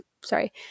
sorry